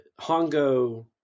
Hongo